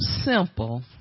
simple